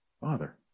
Father